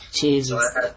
Jesus